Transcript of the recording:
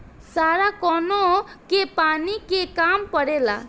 सारा कौनो के पानी के काम परेला